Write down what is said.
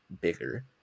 bigger